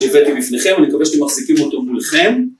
הבאתי בפניכם, אני מקווה שאתם מחזיקים אותו מולכם.